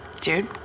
Dude